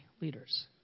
leaders